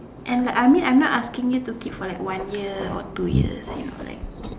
and I like I mean I'm not asking you to keep for like one year two years you know like